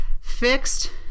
fixed